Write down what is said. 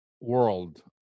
world